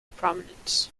prominence